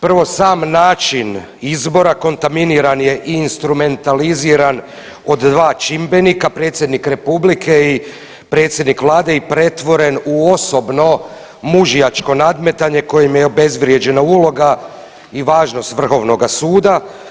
Prvo sam način izbora kontaminiran je i instrumentaliziran od dva čimbenika Predsjednik Republike i predsjednik Vlade i pretvoren u osobno mužjačko nadmetanje kojem je obezvrijeđena uloga i važnost Vrhovnoga suda.